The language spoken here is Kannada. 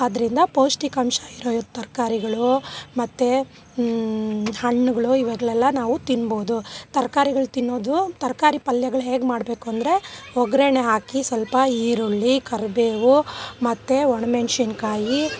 ಆದ್ರಿಂದ ಪೌಷ್ಠಿಕಾಂಶ ಇರೋ ತರಕಾರಿಗಳು ಮತ್ತು ಹಣ್ಣುಗಳು ಇವುಗಳೆಲ್ಲ ನಾವು ತಿನ್ಬೋದು ತರ್ಕಾರಿಗಳು ತಿನ್ನೋದು ತರಕಾರಿ ಪಲ್ಯಗಳು ಹೇಗೆ ಮಾಡಬೇಕು ಅಂದರೆ ಒಗ್ಗರಣೆ ಹಾಕಿ ಸ್ವಲ್ಪ ಈರುಳ್ಳಿ ಕರಿಬೇವು ಮತ್ತು ಒಣಮೆಣ್ಸಿನ್ಕಾಯಿ